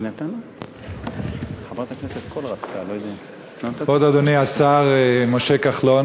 כבוד אדוני השר משה כחלון,